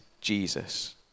Jesus